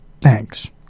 Thanks